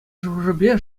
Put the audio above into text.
шухӑшӗпе